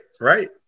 right